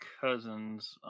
cousins